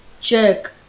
check